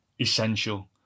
essential